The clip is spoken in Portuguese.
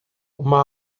uma